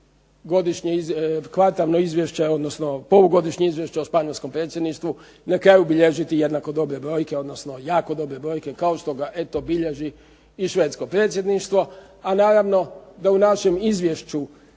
kvartalno izvješće, odnosno polugodišnje izvješće o španjolskom predsjedništvu na kraju bilježiti jednako dobre brojke, odnosno jako dobre brojke. Kao što ga eto bilježi i švedsko predsjedništvo. A naravno da u našem izvješću